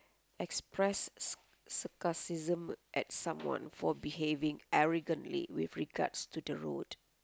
express s~ sarcasm at someone for behaving arrogantly with regards to the road